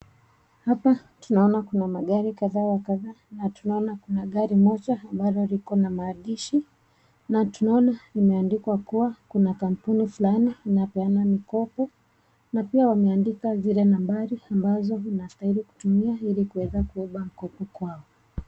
Hapa tunaona kuna magari kadha wa kadha na tunaona kuna gari moja ambalo liko na maandishi na tunaona imeandikwa kuwa kuna kampuni fulani inapeana mikopo na pia wameandika zile nambari ambazo unastahili kutumia ili kuweza kuomba mkopo kwao.